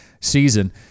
season